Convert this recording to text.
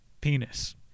Penis